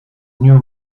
new